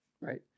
right